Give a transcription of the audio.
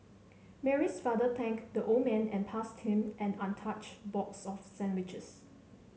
Mary's father thanked the old man and passed him an untouched box of sandwiches